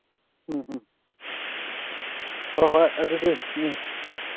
ꯎꯝ ꯍꯨꯝ ꯍꯣꯏ ꯍꯣꯏ ꯑꯗꯨꯗꯤ ꯎꯝ